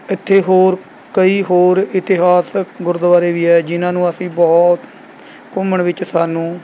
ਇੱਥੇ ਹੋਰ ਕਈ ਹੋਰ ਇਤਿਹਾਸਕ ਗੁਰਦੁਆਰੇ ਵੀ ਹੈ ਜਿਨ੍ਹਾਂ ਨੂੰ ਅਸੀਂ ਬਹੁਤ ਘੁੰਮਣ ਵਿੱਚ ਸਾਨੂੰ